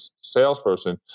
salesperson